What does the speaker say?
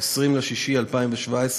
20 ביוני 2017,